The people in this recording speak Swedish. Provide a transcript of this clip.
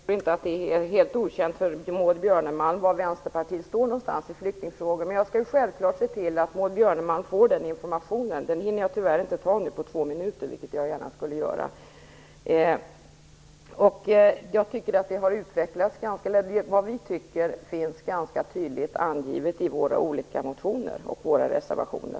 Fru talman! Jag tror inte att det är helt okänt för Maud Björnemalm var Vänsterpartiet står i flyktingfrågor. Men jag skall självklart se till att Maud Björnemalm får den informationen. Jag hinner tyvärr inte ge den nu, på två minuter, vilket jag gärna skulle göra. Vad vi tycker finns ganska tydligt angivet i våra olika motioner och i våra reservationer.